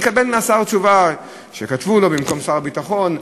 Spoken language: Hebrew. נקבל מהשר תשובה, שכתבו לו, במקום שר הביטחון.